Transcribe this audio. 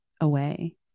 away